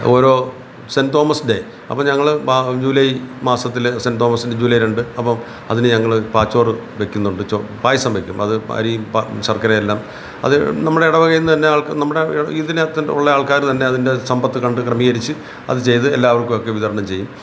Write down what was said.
ഓരോ saint Thomas day അപ്പം ഞങ്ങൾ മ ജൂലൈ മാസത്തിൽ സെൻറ് തോമസിന്റെ ജൂലൈ രണ്ട് അപ്പം അതിന് ഞങ്ങൾ പാച്ചോറ് വയ്ക്കുന്നുണ്ട് ചോ പായസം വയ്ക്കും അത് അരിയും പ ശർക്കര എല്ലാം അത് നമ്മുടെ ഇടവകയിൽ നിന്ന് തന്നെ ആൾക്ക് നമ്മുടെ ഇതിനകത്തുള്ള ആൾക്കാർ തന്നെ അത് അതിന്റെ സമ്പത്ത് കണ്ട് ക്രമീകരിച്ച് അത് ചെയ്ത് എല്ലാവർക്കുമൊക്കെ വിതരണം ചെയ്യും